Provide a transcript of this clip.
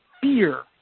fear